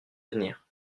d’avenir